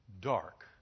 dark